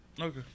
Okay